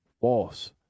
false